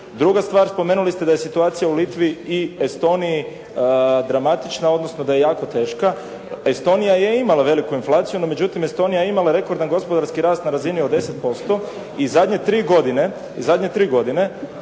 Druga stvar, spomenuli ste da je situacija u Litvi i Estoniji dramatična, odnosno da je jako teška. Estonija je imala veliku inflaciju. No međutim, Estonija je imala rekordan gospodarski rast na razini od 10% i zadnje tri godine